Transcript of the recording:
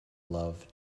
love